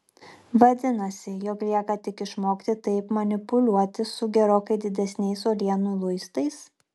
vadinasi jog lieka tik išmokti taip manipuliuoti su gerokai didesniais uolienų luistais